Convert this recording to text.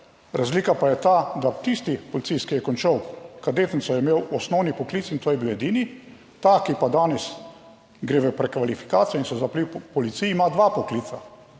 Razlika pa je ta, da tisti policist, ki je končal kadetnico, je imel osnovni poklic in to je bil edini, ta, ki pa danes gre v prekvalifikacijo in se za policiji ima dva poklica.